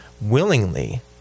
willingly